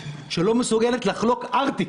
שלא מסוגלת לחלוק ארטיק,